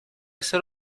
ser